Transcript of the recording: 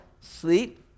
sleep